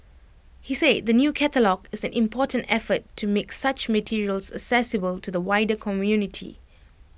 he said the new catalogue is an important effort to make such materials accessible to the wider community